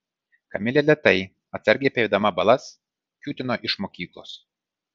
kamilė lėtai atsargiai apeidama balas kiūtino iš mokyklos